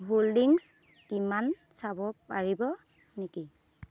holdings কিমান চাব পাৰিব নেকি